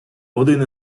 один